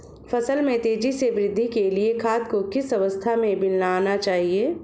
फसल में तेज़ी से वृद्धि के लिए खाद को किस अवस्था में मिलाना चाहिए?